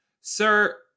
Sir